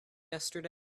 yesterday